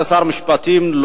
כשר המשפטים,